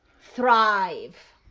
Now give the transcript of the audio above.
thrive